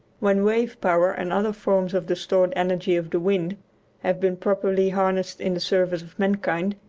when wave-power and other forms of the stored energy of the wind have been properly harnessed in the service of mankind,